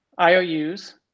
IOUs